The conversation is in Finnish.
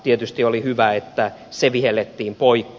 tietysti oli hyvä että se vihellettiin poikki